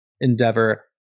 endeavor